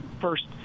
first